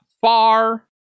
far